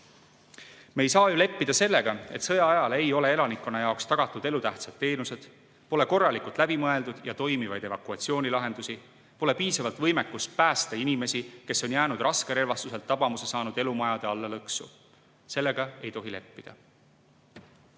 Me ei saa ju leppida, et sõja ajal ei ole elanikkonna jaoks tagatud elutähtsad teenused, pole korralikult läbi mõeldud ja toimivaid evakuatsioonilahendusi, pole piisavalt võimekust päästa inimesi, kes on jäänud raskerelvastuselt tabamuse saanud elumajade alla lõksu. Sellega ei tohi leppida.